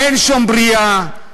אין שומריה,